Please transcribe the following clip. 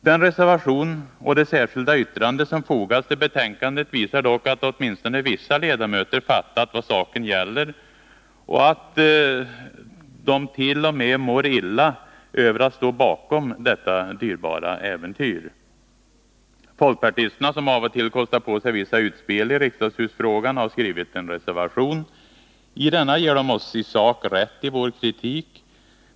Den reservation och det särskilda yttrande som fogats till betänkandet visar dock att åtminstone vissa ledamöter fattat vad saken gäller och att de t.o.m. mår illa av att stå bakom detta dyrbara äventyr. Folkpartisterna, som av och till kostar på sig vissa utspel i riksdagshusfrågan, har skrivit en reservation. I denna ger de oss i sak rätt i vår kritik.